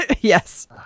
Yes